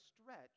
stretch